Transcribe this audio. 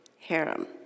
harem